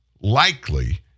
likely